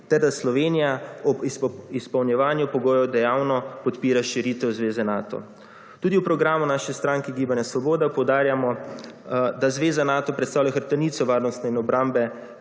ter da Slovenija ob izpolnjevanju pogojev dejavno podpira širitev Zveze Nato. Tudi v programu naše stranke Gibanje Svoboda poudarjamo, da Zveza Nato predstavlja hrbtenico varnostni in obrambe